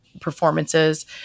performances